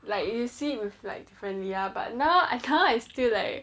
like you see it with like ya but now I ca~ I still like